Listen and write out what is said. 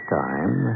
time